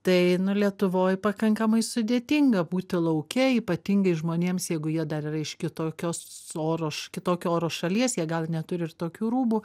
tai nu lietuvoj pakankamai sudėtinga būti lauke ypatingai žmonėms jeigu jie dar yra iš kitokios oro iš kitokio oro šalies jie gal neturi ir tokių rūbų